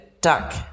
duck